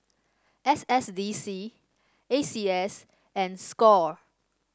S S D C A C S and Score